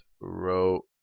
row